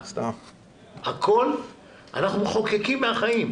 אנחנו מחוקקים מהחיים.